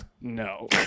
no